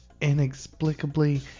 inexplicably